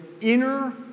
inner